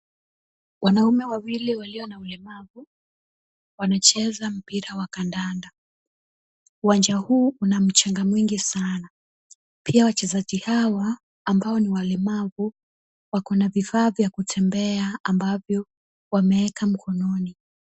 Wanaume wawili walio na ulemavu, wanacheza mpira wa kandanda. Uwanja huu una mchanga mwingi sana. Pia wachezaji hawa ambao ni walemavu wako na vifaa vya kutembea ambavyo wameeka mkononi.